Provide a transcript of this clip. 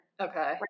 okay